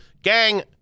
Gang